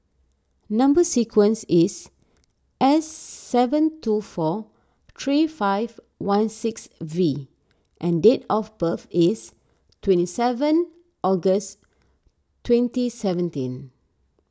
Number Sequence is S seven two four three five one six V and date of birth is twenty seven August twenty seventeen